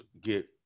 get